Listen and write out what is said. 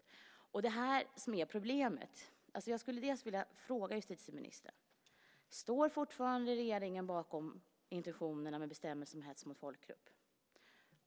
Det är det här som är problemet. Jag skulle vilja fråga justitieministern: Står regeringen fortfarande bakom intentionerna i bestämmelsen om hets mot folkgrupp?